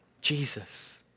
Jesus